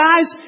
guys